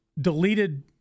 deleted